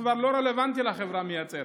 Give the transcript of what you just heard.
כבר לא רלוונטי לחברה המייצרת,